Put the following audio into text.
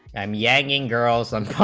um yanking girls